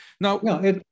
Now